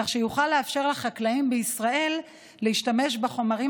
כך שיוכל לאפשר לחקלאים בישראל להשתמש בחומרים